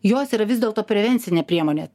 jos yra vis dėlto prevencinė priemonė